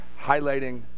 highlighting